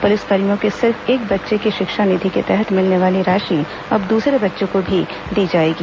पुलिसकर्मियों के सिर्फ एक बच्चे को शिक्षा निधि के तहत मिलने वाली राशि अब दूसरे बच्चों को भी दी जाएगी